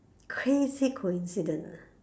crazy coincident ah